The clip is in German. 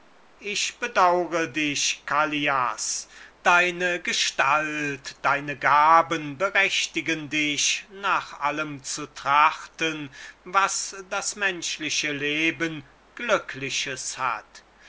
ich bedaure dich callias deine gestalt deine gaben berechtigen dich nach allem zu trachten was das menschliche leben glückliches hat